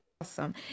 Awesome